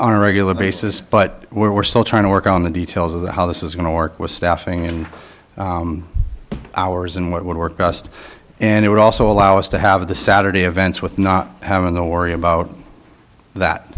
on a regular basis but we're still trying to work on the details of the how this is going to work with staffing and hours and what would work best and it would also allow us to have the saturday events with not having to worry about that